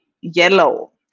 yellow